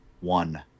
one